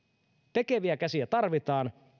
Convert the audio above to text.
tekeviä käsiä tarvitaan